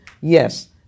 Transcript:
yes